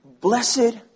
Blessed